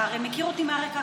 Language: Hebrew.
אתה הרי מכיר אותי מהרקע הקודם,